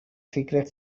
secret